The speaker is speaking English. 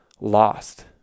lost